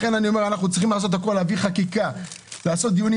עשינו דיונים,